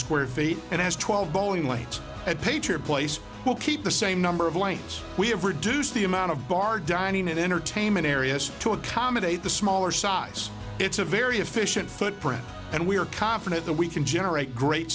square feet and has twelve bowling lights at patriot place to keep the same number of lanes we have reduced the amount of barred dining and entertainment areas to accommodate the smaller size it's a very efficient footprint and we are confident that we can generate great